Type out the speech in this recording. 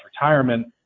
retirement